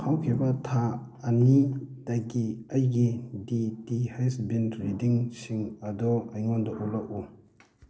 ꯍꯧꯈꯤꯕ ꯊꯥ ꯑꯅꯤꯗꯒꯤ ꯑꯩꯒꯤ ꯗꯤ ꯇꯤ ꯍꯩꯁ ꯕꯤꯜ ꯔꯤꯗꯤꯡꯁꯤꯡ ꯑꯗꯨ ꯑꯩꯉꯣꯟꯗ ꯎꯠꯂꯛꯎ